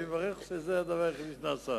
אני מברך שזה הדבר היחידי שנעשה.